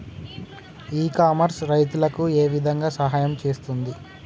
ఇ commerce రైతులకు ఏ విధంగా సహాయం చేస్తుంది?